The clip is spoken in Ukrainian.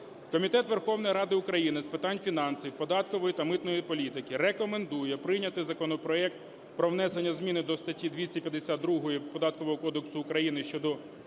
Комітет Верховної Ради України з питань фінансів, податкової та митної політики рекомендує прийняти законопроект про внесення зміни до статті 252 Податкового